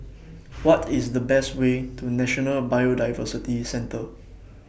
What IS The Best Way to National Biodiversity Centre